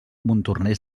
montornès